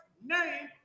name